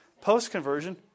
Post-conversion